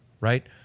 right